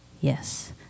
Yes